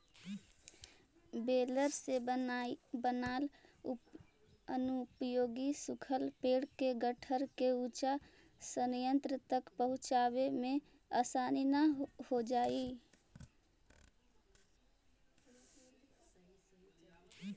baler से बनाल अनुपयोगी सूखल पेड़ के गट्ठर के ऊर्जा संयन्त्र तक पहुँचावे में आसानी हो जा हई